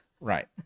Right